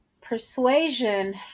persuasion